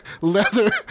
leather